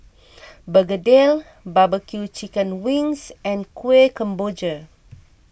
Begedil BBQ Chicken Wings and Kueh Kemboja